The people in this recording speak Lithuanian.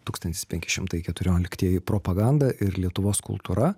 tūkstantis penki šimtai keturioliktieji propaganda ir lietuvos kultūra